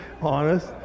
honest